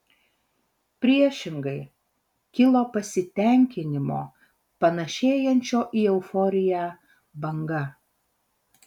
priešingai kilo pasitenkinimo panašėjančio į euforiją banga